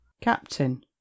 Captain